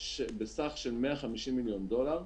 בסך של 150 מיליון דולר.